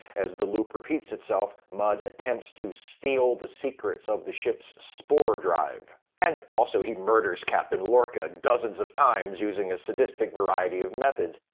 as the loop repeats itself, mudd attempts to steal the secrets of the ship's spore drive. and also he murders captain lorca dozens of times using a sadistic variety of methods.